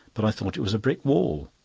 but i thought it was a brick wall.